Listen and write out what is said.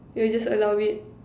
you will just allow it